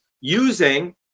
using